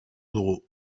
dugu